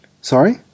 sorry